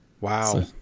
Wow